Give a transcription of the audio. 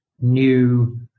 new